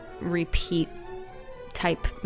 repeat-type